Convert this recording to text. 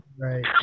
Right